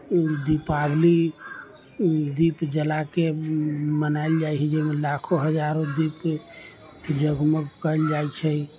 दीपावली दीप जलाके मनायल जाइ छै जाहिमे लाखो हजारो दीप जगमग कयल जाइ छै